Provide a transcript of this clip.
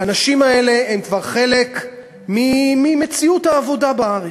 האנשים האלה הם כבר חלק ממציאות העבודה בארץ.